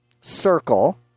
circle